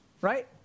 Right